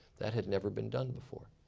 that has never been done before.